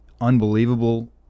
Unbelievable